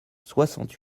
soixante